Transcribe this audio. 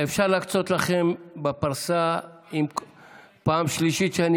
אפשר להקצות לכם בפרסה פעם שלישית שאני